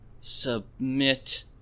Submit